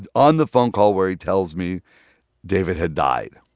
and on the phone call where he tells me david had died